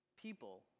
people